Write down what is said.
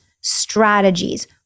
strategies